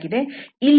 ಇಲ್ಲಿ fijk